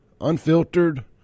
unfiltered